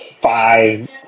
five